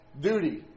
duty